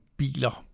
biler